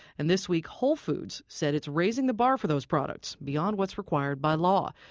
and this week, whole foods said it's raising the bar for those products, beyond what's required by law.